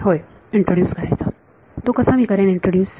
होय तो कसा मी करेन इंट्रोड्युस